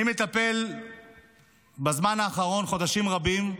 אני מטפל בזמן האחרון, חודשים רבים,